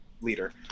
leader